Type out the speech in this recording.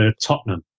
Tottenham